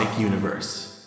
universe